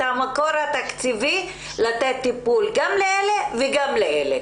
המקור התקציבי לתת טיפול גם לאלה וגם לאלה.